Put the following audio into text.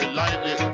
lightly